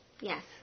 Yes